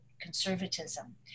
conservatism